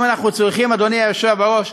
אם אנחנו צריכים אדוני היושב-ראש,